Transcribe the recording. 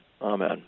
Amen